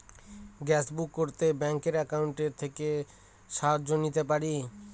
Gas book করতে ব্যাংকের account থেকে সাহায্য নিতে পারি?